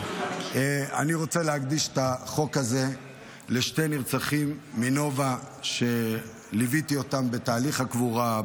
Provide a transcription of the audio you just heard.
אני רוצה להקדיש את החוק הזה לשני נרצחים מנובה שליוויתי בתהליך הקבורה,